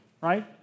right